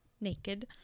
naked